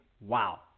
wow